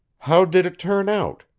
how did it turn out?